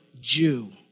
Jew